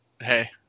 hey